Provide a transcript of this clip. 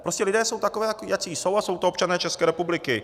Prostě lidé jsou takoví, jací jsou, a jsou to občané České republiky.